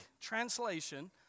translation